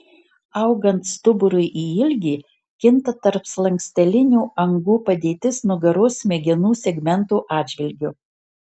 augant stuburui į ilgį kinta tarpslankstelinių angų padėtis nugaros smegenų segmentų atžvilgiu